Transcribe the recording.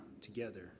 together